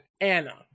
Anna